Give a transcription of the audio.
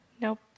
nope